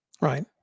right